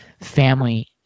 family